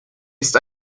ist